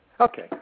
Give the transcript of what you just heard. Okay